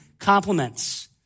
compliments